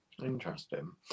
Interesting